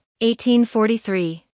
1843